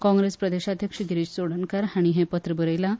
काँग्रेस प्रदेशाध्यक्ष गिरीश चोडणकार हांणी हें पत्र बरयलां